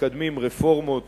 מקדמים רפורמות